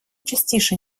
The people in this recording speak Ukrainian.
частіше